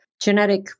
genetic